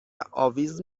اویز